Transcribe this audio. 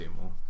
more